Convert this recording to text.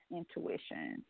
intuition